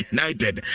United